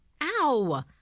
Ow